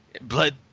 blood